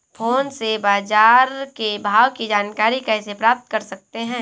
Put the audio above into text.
Phone से बाजार के भाव की जानकारी कैसे प्राप्त कर सकते हैं?